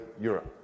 Europe